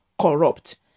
corrupt